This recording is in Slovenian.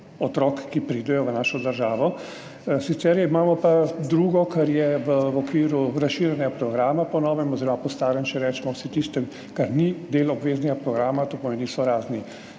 otrok, ki pridejo v našo državo. Sicer imamo pa drugo, kar je v okviru razširjenega programa, po novem, oziroma po starem še rečemo vsem tistem, kar ni del obveznega programa, to pomeni, da so razni